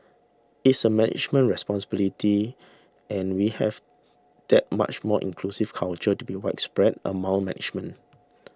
it's a management responsibility and we have that much more inclusive culture to be widespread among management